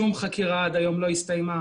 שום חקירה עד היום לא הסתיימה,